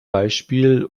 beispiel